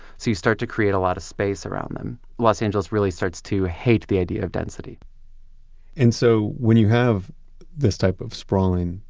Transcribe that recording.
so you start to create a lot of space around them. los angeles really starts to hate the idea of density and so when you have this type of sprawling,